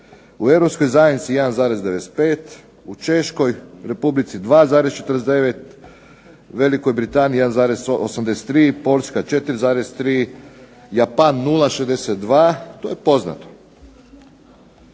u Europskoj zajednici 1,95, u Češkoj Republici 2,49, Velikoj Britaniji 1,83, Poljska 4,3, Japan 0,62. To je poznato.